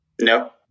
No